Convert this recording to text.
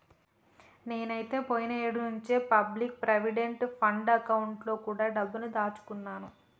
నేనైతే పోయిన ఏడు నుంచే పబ్లిక్ ప్రావిడెంట్ ఫండ్ అకౌంట్ లో కూడా డబ్బుని దాచుకున్నాను